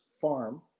farm